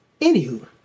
Anywho